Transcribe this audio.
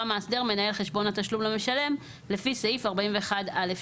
מאסדר מנהל חשבון התשלום למשלם לפי סעיף 41(א)(2),